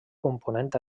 component